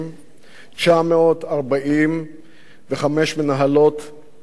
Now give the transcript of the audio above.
945 מנהלות ומנהלים,